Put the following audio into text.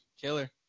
Killer